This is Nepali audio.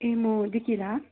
ए म डिकिला